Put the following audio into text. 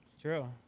True